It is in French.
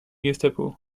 gestapo